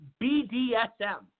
BDSM